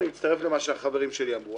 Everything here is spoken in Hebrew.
ואני מצטרף גם למה שהחברים שלי אמרו.